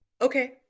Okay